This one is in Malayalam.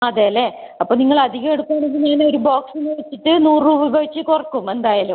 അതെ അല്ലേ അപ്പോൾ നിങ്ങൾ അധികം എടുക്കുകയാണെങ്കിൽ നിങ്ങളുടെ ഒരു ബോക്സിന് വച്ചിട്ട് നൂറ് രൂപ വച്ച് കുറയ്ക്കും എന്തായാലും